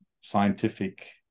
scientific